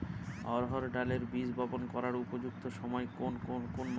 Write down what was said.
অড়হড় ডালের বীজ বপন করার উপযুক্ত সময় কোন কোন মাস?